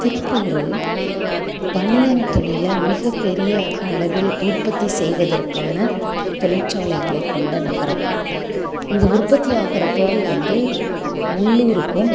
திருப்பூர் பனியன் தொழிலை மிகப்பெரிய அளவில் உற்பத்தி செய்வதற்கான தொழிற்சாலைகளை கொண்ட நகரம் இங்கு உற்பத்தி ஆகிற பொருள் வந்து உள்ளூருக்கும்